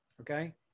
Okay